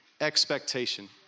expectation